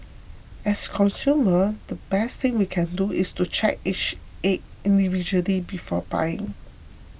as consumer the best thing we can do is to check each egg individually before buying